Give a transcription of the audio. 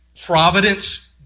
providence